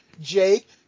Jake